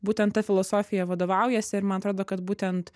būtent ta filosofija vadovaujasi ir man atrodo kad būtent